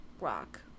rock